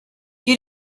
you